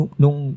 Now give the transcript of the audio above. nung